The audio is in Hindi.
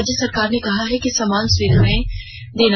राज्य सरकार ने कहा है कि समान सुविधाएं देगी